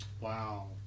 Wow